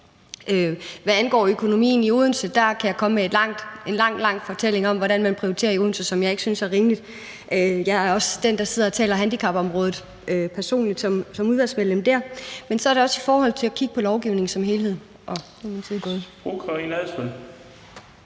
Hvad angår økonomien i Odense, kan jeg komme med en lang, lang fortælling om, hvordan man prioriterer i Odense, som jeg ikke synes er rimeligt. Jeg er også den, der som udvalgsmedlem personligt sidder og taler handicapområdet, men så er det også i forhold til at kigge på lovgivningen som helhed.